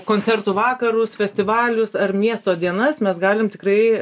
koncertų vakarus festivalius ar miesto dienas mes galim tikrai